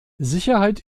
sicherheit